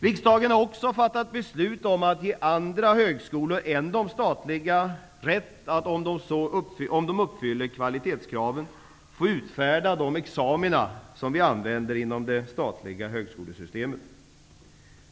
Riksdagen har också fattat beslut om att ge andra högskolor än de statliga rätt att, om de uppfyller kvalitetskraven, få utfärda de examina som vi använder inom det statliga högskolesystemet.